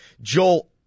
Joel